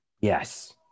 Yes